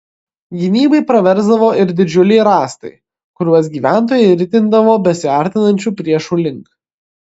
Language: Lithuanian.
gynybai praversdavo ir didžiuliai rąstai kuriuos gyventojai ritindavo besiartinančių priešų link